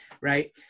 right